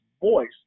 voice